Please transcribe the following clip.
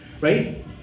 right